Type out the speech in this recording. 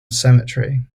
cemetery